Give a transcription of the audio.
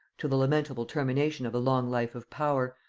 to the lamentable termination of a long life of power,